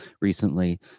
recently